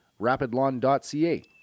rapidlawn.ca